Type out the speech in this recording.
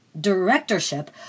directorship